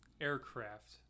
aircraft